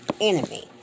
enemy